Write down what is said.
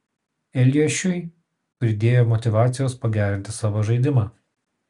eliošiui pridėjo motyvacijos pagerinti savo žaidimą